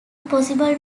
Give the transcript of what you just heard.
possible